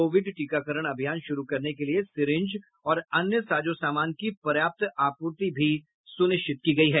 Covid टीकाकरण अभियान शुरू करने के लिए सीरिंज और अन्य साजो सामान की पर्याप्त आपूर्ति भी सुनिश्चित की गई है